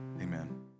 Amen